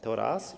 To raz.